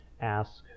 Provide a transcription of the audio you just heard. ask